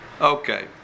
Okay